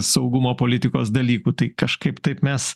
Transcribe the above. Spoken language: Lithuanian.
saugumo politikos dalykų tai kažkaip taip mes